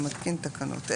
אני מתקין תקנות אלה: